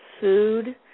food